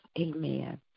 amen